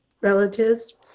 relatives